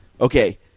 Okay